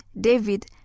David